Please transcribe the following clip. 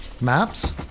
Maps